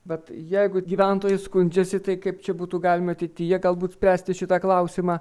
bet jeigu gyventojai skundžiasi tai kaip čia būtų galima ateityje galbūt spręsti šitą klausimą